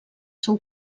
seu